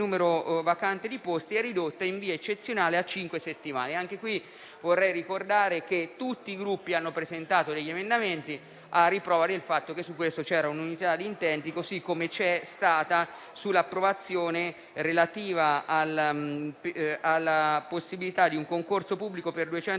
il numero vacante di posti, è ridotta in via eccezionale a cinque settimane. Anche qui vorrei ricordare che tutti i Gruppi hanno presentato degli emendamenti, a riprova del fatto che su questo c'era un'unità di intenti, così come c'è stata sull'approvazione della norma relativa alla possibilità di un concorso pubblico per 250 posti